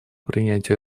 принятию